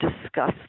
discuss